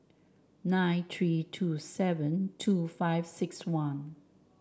nine three two seven two five six one